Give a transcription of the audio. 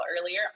earlier